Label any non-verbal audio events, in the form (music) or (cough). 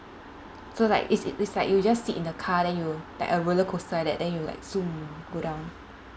so like it's it's like you just sit in the car then you like a roller coaster like that then you like (noise) go down